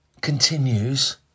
continues